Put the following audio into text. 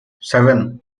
seven